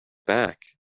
back